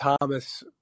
Thomas